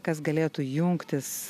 kas galėtų jungtis